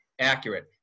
accurate